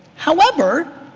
however,